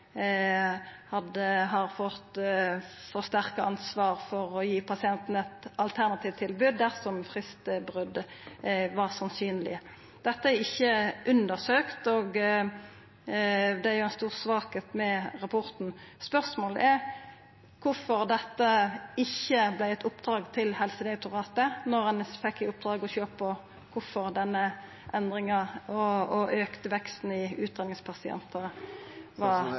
hadde greidd ut det som mange var opptatt av – om det er slik at praksisen i sjukehusa og helseføretaka vart endra på grunn av økonomiske betraktningar, fordi ein har fått forsterka ansvar for å gi pasientane eit alternativt tilbod dersom fristbrot var sannsynleg. Dette er ikkje undersøkt, og det er ei stor svakheit ved rapporten. Spørsmålet er kvifor dette ikkje vart eit oppdrag til Helsedirektoratet